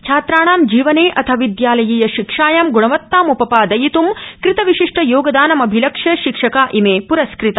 छात्राणां जीवने अथ विद्यालयीय शिक्षायां गुणवत्ताम्पपादयित् कृत विशिष्ठ योगदान अभिलक्ष्य शिक्षका इमे पुरस्कृता